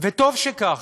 וטוב שכך.